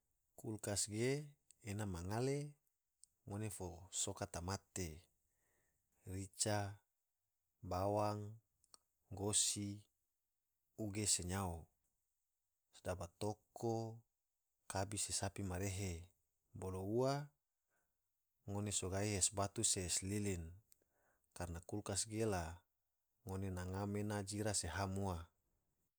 Kulkas ge ena ma ngale ngone fo soka tamate, rica, bawang, gosi, uge se nyao daba toko, kabi, se sapi ma rehe, bolo ua ngone so gahi es batu se es lilin, karana kulkas ge la ngone na ngam ena jira se ena ham ua.